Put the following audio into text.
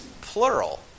plural